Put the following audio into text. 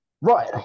Right